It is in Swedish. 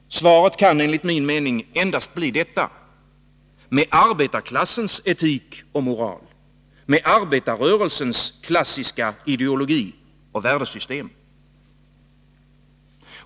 Svaret kan enligt min mening endast bli detta: Med arbetarklassens etik och moral, med arbetarrörelsens klassiska ideologi och värdesystem.